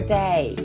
day